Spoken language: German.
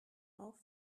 auf